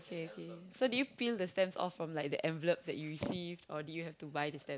okay okay so do you peel the stamps of from like the envelopes that you received or did you have to buy the stamps